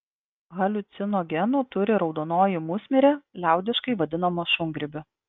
haliucinogenų turi raudonoji musmirė liaudiškai vadinama šungrybiu